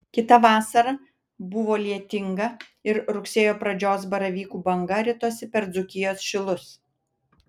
kita vasara buvo lietinga ir rugsėjo pradžios baravykų banga ritosi per dzūkijos šilus